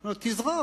אומרים לו: תזרוק.